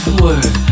word